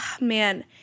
man